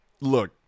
look